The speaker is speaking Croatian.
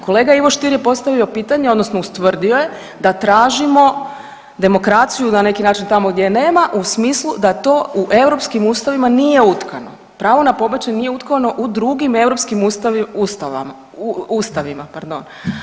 Kolega Ivo Stier je postavio pitanje odnosno ustvrdio je da tražimo demokraciju na neki način tamo gdje je nema u smislu da to u europskim ustavima nije utkano, pravo na pobačaj nije utkano u drugim europskim ustavama, ustavima, pardon.